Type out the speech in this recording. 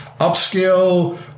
upscale